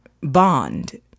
Bond